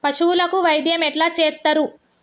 పశువులకు వైద్యం ఎట్లా చేత్తరు?